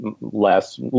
less